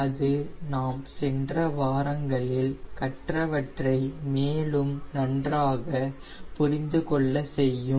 அது நாம் சென்ற வாரங்களில் கற்றவற்றை மேலும் நன்றாக புரிந்துகொள்ள செய்யும்